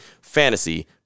Fantasy